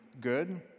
good